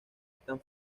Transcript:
están